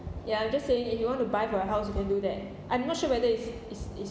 ya I'm just saying if you want to buy for your house you can do that I'm not sure whether it's it's it's